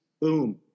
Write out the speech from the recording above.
boom